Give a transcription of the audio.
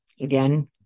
Again